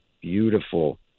beautiful